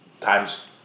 times